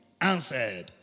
Answered